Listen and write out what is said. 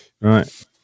Right